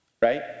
right